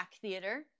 Theater